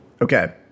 Okay